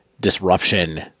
disruption